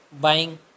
buying